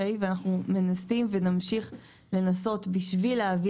ואנחנו מנסים ונמשיך לנסות בשביל להביא